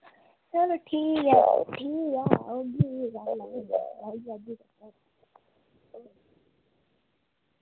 चलो ठीक ऐ ठीक ऐ औगी फ्ही